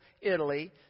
Italy